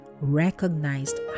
recognized